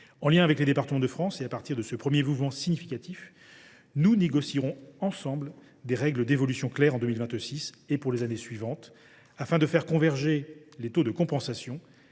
En lien avec Départements de France et à partir de ce premier mouvement significatif, nous négocierons ensemble des règles d’évolutions claires en 2026 et pour les années suivantes, afin de faire converger les taux de compensation